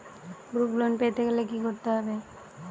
Group loan পেতে গেলে কি করতে হবে?